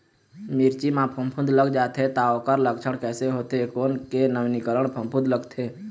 मिर्ची मा फफूंद लग जाथे ता ओकर लक्षण कैसे होथे, कोन के नवीनीकरण फफूंद लगथे?